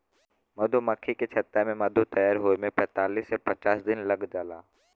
मधुमक्खी के छत्ता में मधु तैयार होये में पैंतालीस से पचास दिन लाग जाला